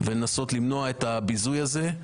כדי לנסות למנוע את הביזוי הזה,